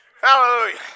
Hallelujah